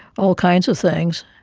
all kinds of things,